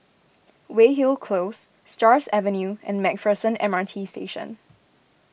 Weyhill Close Stars Avenue and MacPherson M R T Station